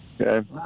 Okay